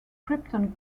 krypton